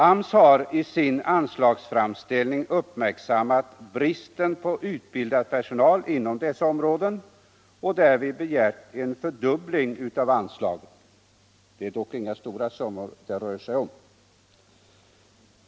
AMS har ii sin anslagsframställning uppmärksammat bristen på utbildad personal inom dessa områden och därför begärt en fördubbling av anslaget. Det är dock inga stora summor det rör sig om.